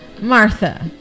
Martha